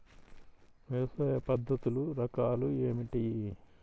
వ్యవసాయ పద్ధతులు రకాలు ఏమిటి?